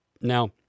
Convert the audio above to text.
Now